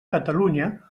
catalunya